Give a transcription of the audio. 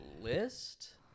list